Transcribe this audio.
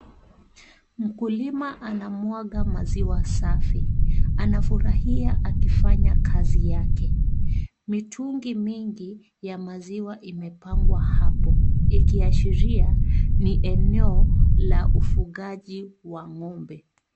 Mkulima anamwaga maziwa safi, anafurahia akifanya kazi yake, mitungi mingi ya maziwa imepangwa hapo ikiashiria ni eneo la ufugaji wa ng'ombe.